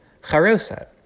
Charoset